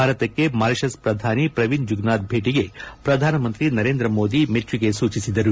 ಭಾರತಕ್ಕೆ ಮಾರಿಶಿಸ್ ಪ್ರಧಾನಿ ಪ್ರವಿಂದ್ ಜುಗ್ನಾಥ್ ಭೇಟಿಗೆ ಪ್ರಧಾನಮಂತ್ರಿ ನರೇಂದ್ರ ಮೋದಿ ಮೆಚ್ಚುಗೆ ಸೂಚಿಸಿದರು